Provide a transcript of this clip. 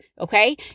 okay